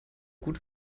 gut